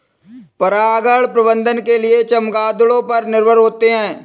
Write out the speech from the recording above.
परागण प्रबंधन के लिए चमगादड़ों पर निर्भर होते है